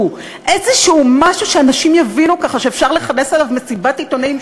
איזשהו משהו שאנשים יבינו ככה שאפשר לכנס עליו מסיבת עיתונאים,